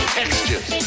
textures